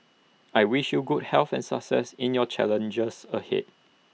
I wish you good health and success in your challenges ahead